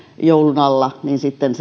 joulun alla niin sitten